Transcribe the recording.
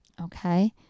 okay